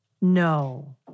No